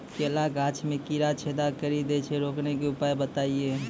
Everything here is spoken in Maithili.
केला गाछ मे कीड़ा छेदा कड़ी दे छ रोकने के उपाय बताइए?